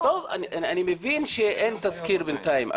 אני מבין שאין תסקיר בינתיים.